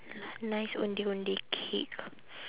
nice ondeh ondeh cake